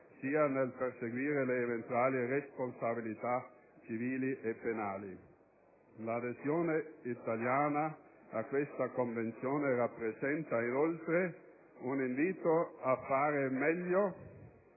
e nel perseguire eventuali responsabilità civili e penali. L'adesione italiana a questa Convenzione rappresenta, inoltre, un invito a fare meglio